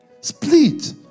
Split